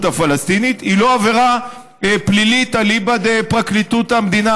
הפלסטינית היא לא עבירה פלילית אליבא דפרקליטות המדינה,